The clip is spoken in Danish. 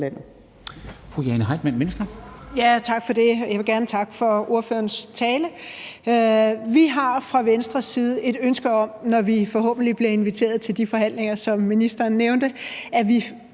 Tak for det. Jeg vil gerne takke for ordførerens tale. Vi har fra Venstres side et ønske om, når vi forhåbentlig bliver inviteret til de forhandlinger, som ministeren nævnte, at vi